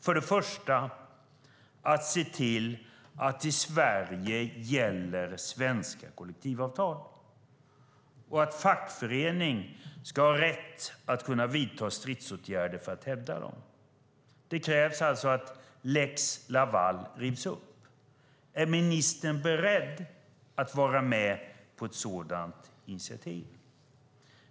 För det första att se till att svenska kollektivavtal gäller i Sverige och att fackföreningar ska ha rätt att vidta stridsåtgärder för att hävda dem. Det krävs alltså att lex Laval rivs upp. Är ministern beredd att vara med på ett sådant initiativ?